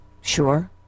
Sure